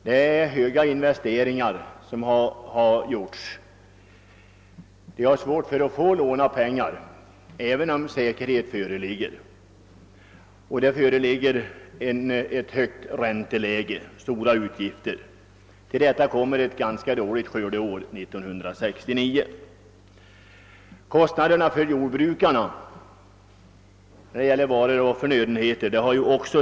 De har gjort stora investeringar men har svårt att få låna pengar, även om de har säkerhet för lånen. Även det höga ränteläget drar stora utgifter med sig. Härtill kommer att 1969 var ett ganska dåligt skördeår. Likaså har jordbrukarnas kostnader för varor och förnödenheter stigit kraftigt.